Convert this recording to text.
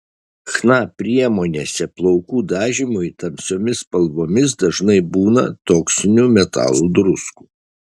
chna priemonėse plaukų dažymui tamsiomis spalvomis dažnai būna toksinių metalų druskų